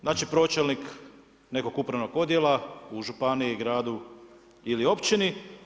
Znači pročelnik nekog upravnog odjela, u županiji, gradu ili općini.